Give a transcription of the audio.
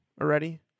already